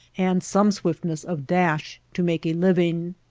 and some swiftness of dash to make a living.